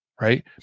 right